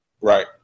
Right